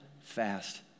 fast